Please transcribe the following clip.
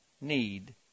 need